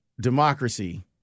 democracy